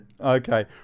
Okay